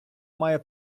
має